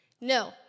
No